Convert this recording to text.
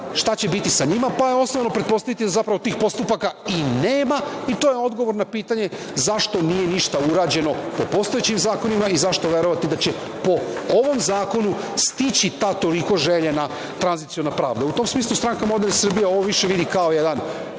šta će biti sa njima, pa je osnovno pretpostaviti da zapravo tih postupaka i nema i to je odgovor na pitanje zašto nije ništa urađeno po postojećim zakonima i zašto verovati da će po ovom zakonu stići ta toliko željena tranziciona pravda.U tom smislu, SMS ovo više vidi kao jedan